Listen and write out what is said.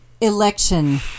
election